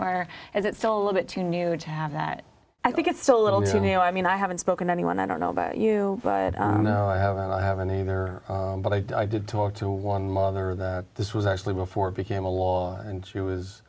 as it's still a little bit too new to have that i think it's so little to no i mean i haven't spoken to anyone i don't know about you but i haven't i haven't either but i did talk to one mother that this was actually before it became a law and she was